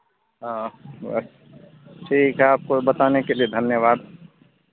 हँ ठीक है आपको बताने के लिए धन्यवाद